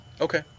Okay